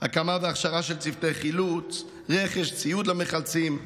הקמה והכשרה של צוותי חילוץ, רכש, ציוד למחלצים,